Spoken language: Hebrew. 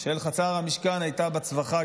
של חצר המשכן היה בצווחה,